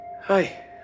Hi